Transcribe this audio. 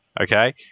okay